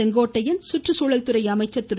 செங்கோட்டையன் சுற்றுச்சூழல்துறை அமைச்சர் திரு